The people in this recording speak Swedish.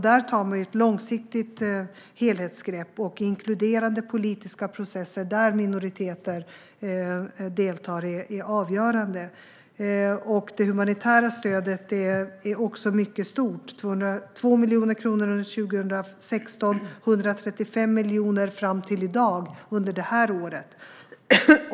Där tar man ett långsiktigt helhetsgrepp, och inkluderande politiska processer där minoriteter deltar är avgörande. Det humanitära stödet är också mycket stort: 202 miljoner kronor under 2016 och 135 miljoner kronor fram till i dag under detta år.